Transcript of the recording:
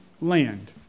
land